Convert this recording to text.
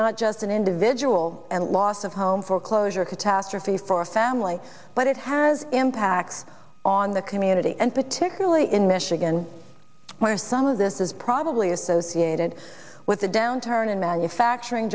not just an individual and loss of home foreclosure catastrophe for our family but it has impacts on the community and particularly in michigan where some of this is probably associated with a downturn in manufacturing